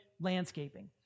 landscaping